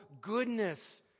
goodness